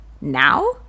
now